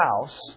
house